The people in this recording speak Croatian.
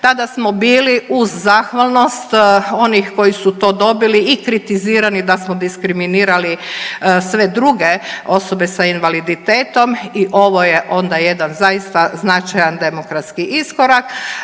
Tada smo bili uz zahvalnost onih koji su to dobili i kritizirani da smo diskriminirali sve druge osobe sa invaliditetom i ovo je onda jedan zaista značajan demokratski iskorak